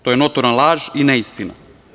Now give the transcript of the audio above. To je notorna laž i neistina.